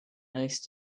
nice